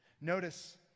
Notice